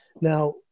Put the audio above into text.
Now